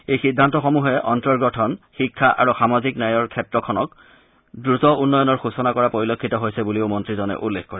এই সিদ্ধান্তসমূহে অন্তৰ্গ্ৰথন শিক্ষা আৰু সামাজিক ন্যায়ৰ ক্ষেত্ৰখনক দ্ৰুত উন্নয়নৰ সূচনা কৰা পৰিলক্ষিত হৈছে বুলিও মন্ত্ৰীজনে উল্লেখ কৰে